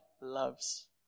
loves